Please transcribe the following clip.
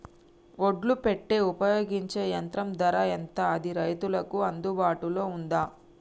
ఒడ్లు పెట్టే ఉపయోగించే యంత్రం ధర ఎంత అది రైతులకు అందుబాటులో ఉందా?